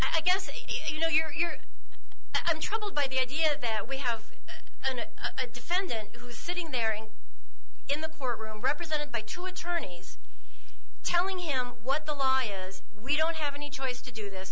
again i guess he you know you're i'm troubled by the idea that we have and i defendant who is sitting there in in the courtroom represented by to attorneys telling him what the law is we don't have any choice to do this